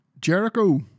Jericho